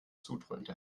zudröhnte